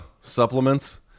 supplements